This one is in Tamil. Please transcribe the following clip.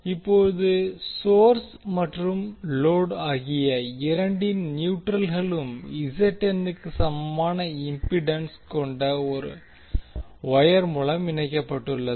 இப்போது சோர்ஸ் மற்றும் லோடு ஆகிய இரண்டின் நியூட்ரல்களும் க்கு சமமான இம்பிடன்ஸ் கொண்ட வொயர் மூலம் இணைக்கப்பட்டுள்ளன